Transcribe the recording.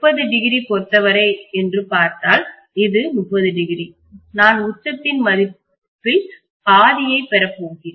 30o பொருத்தவரை என்று பார்த்தால் இது 30o நான் உச்சத்தின் மதிப்பு பாதியைப் பெறப்போகிறேன்